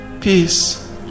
peace